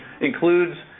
includes